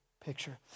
picture